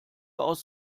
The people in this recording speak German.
aus